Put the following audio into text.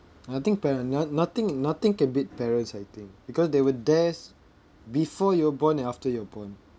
I think parent noth~ nothing nothing can beat parents I think because they were there s~ before you were born and after you were born